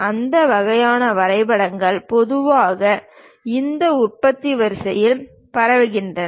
அந்த வகையான வரைபடங்கள் பொதுவாக இந்த உற்பத்தி வரிசையில் பரவுகின்றன